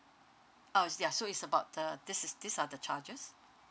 oh ya so it's about uh this is these are the charges